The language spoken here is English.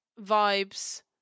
vibes